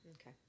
Okay